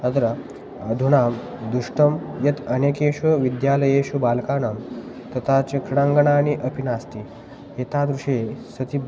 अत्र अधुना दृष्टं यत् अनेकेषु विद्यालयेषु बालकानां तथा च क्रीडाङ्गणानि अपि नास्ति एतादृशे सति